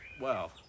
Wow